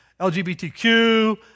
LGBTQ